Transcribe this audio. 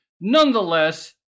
Nonetheless